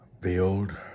build